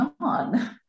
on